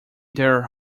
their